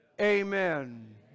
Amen